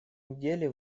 неделе